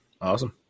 Awesome